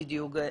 בדיוק,